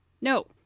No